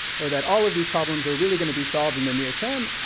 or that all of these problems are really gonna be solved in the near term.